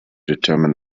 determine